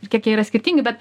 ir kiek jie yra skirtingi bet